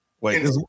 Wait